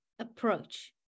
approach